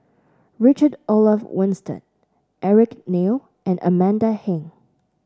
Richard Olaf Winstedt Eric Neo and Amanda Heng